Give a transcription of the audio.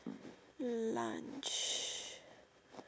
lunch